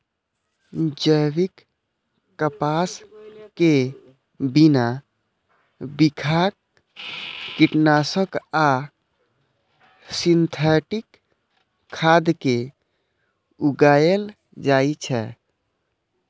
जैविक कपास कें बिना बिखाह कीटनाशक आ सिंथेटिक खाद के उगाएल जाए छै